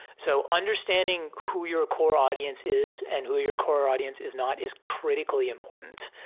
so understanding who your core audience is and who your core audience is not is critically important.